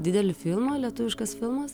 didelį filmą lietuviškas filmas